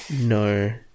No